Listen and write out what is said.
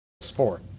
sport